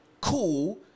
Cool